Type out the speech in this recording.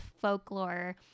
folklore